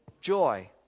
joy